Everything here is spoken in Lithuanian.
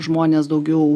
žmonės daugiau